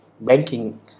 banking